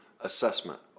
assessment